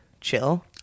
chill